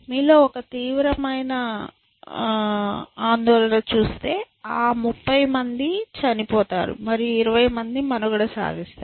మీలో ఒక తీవ్రమైన కోణంలో చూస్తే ఆ 30 మంది చనిపోతారు మరియు 20 మంది మనుగడ సాగిస్తారు